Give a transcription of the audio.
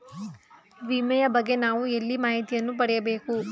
ವಿಮೆಯ ಬಗ್ಗೆ ನಾವು ಎಲ್ಲಿ ಮಾಹಿತಿಯನ್ನು ಪಡೆಯಬೇಕು?